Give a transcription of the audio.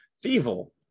Feeble